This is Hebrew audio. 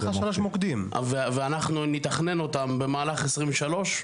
ואנחנו נתכנן אותם במהלך 2023,